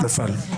נפל.